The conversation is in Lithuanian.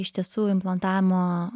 iš tiesų implantavimo